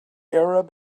arab